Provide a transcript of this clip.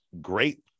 great